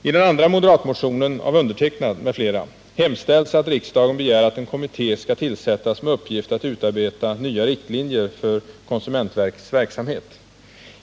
I den andra moderatmotionen — där jag själv är en av motionärerna — hemställs att riksdagen begär att en kommitté skall tillsättas med uppgift att utarbeta nya riktlinjer för konsumentverkets verksamhet.